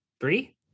three